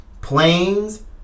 planes